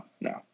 no